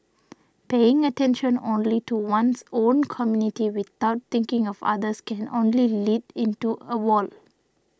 paying attention only to one's own community without thinking of others can only lead into a wall